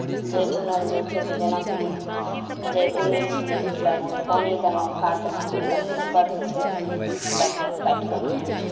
जै बुनल जाय छै तऽ जेनाकि जै बुनय छियै तब ओइमे पानि देलहुँ खाद देलहुँ तभिये ने बढय छै तब जा कऽ काटिकऽ आनय छऽ